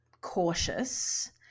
cautious